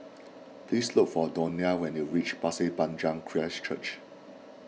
please look for Donia when you reach Pasir Panjang Christ Church